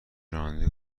راننده